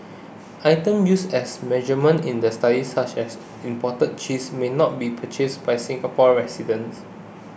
items used as a measurement in the study such as imported cheese may also not be purchased by Singapore residents